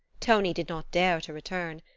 tonie did not dare to return.